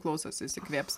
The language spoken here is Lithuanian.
klausosi įsikvėps